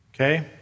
Okay